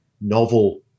novel